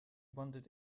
wondered